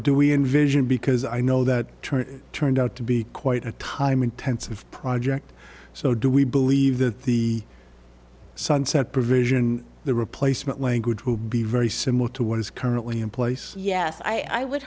do we envision because i know that trying turned out to be quite a time intensive project so do we believe that the sunset provision and the replacement language will be very similar to what is currently in place yes i would